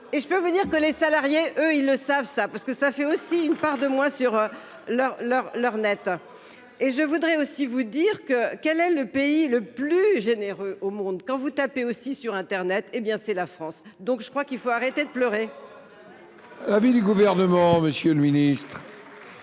Et je peux vous dire que les salariés, eux ils le savent ça parce que ça fait aussi une part de moins sur leur leur leur nette et je voudrais aussi vous dire que quel est le pays le plus généreux au monde quand vous tapez aussi sur Internet hé bien c'est la France. Donc je crois qu'il faut arrêter de pleurer. Avis du gouvernement, Monsieur le Ministre.